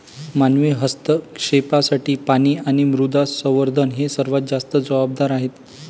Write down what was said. मानवी हस्तक्षेपासाठी पाणी आणि मृदा संवर्धन हे सर्वात जास्त जबाबदार आहेत